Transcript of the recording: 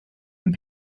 and